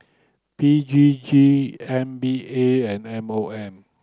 P G G M B A and M O M